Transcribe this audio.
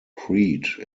crete